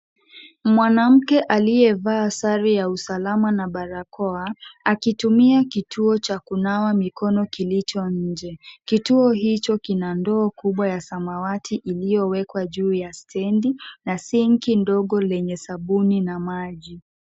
Mwanamke aliyevaa sare ya usalama na barakoa, akitumia kituo cha kunawa mikono kilicho nje. Kituo hicho kina ndoo kubwa ya samawati iliyowekwa juu ya stendi na sinki ndogo lenye sabuni na maji.